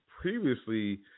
previously